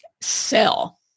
sell